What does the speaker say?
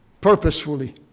purposefully